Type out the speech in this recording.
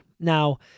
Now